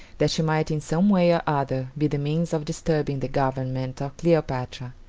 that she might in some way or other be the means of disturbing the government of cleopatra.